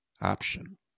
option